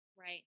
Right